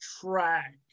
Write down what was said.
track